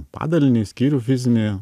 padalinį skyrių fizinį